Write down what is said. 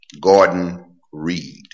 Gordon-Reed